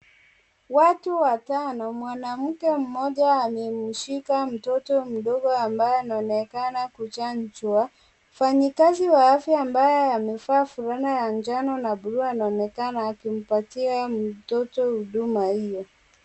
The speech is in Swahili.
Watu watano , mwanamke moja amemshika mtoto mdogo ambaye anaonekana kuchanjwa. Mfanyi kazi wa afya ambaye fulana ya njano akiwa anaonekana anampatia mtoto huduma hiyo.